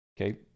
Okay